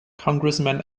congressman